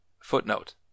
Footnote